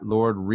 Lord